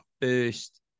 first